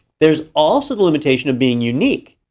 there's also the limitation of being unique.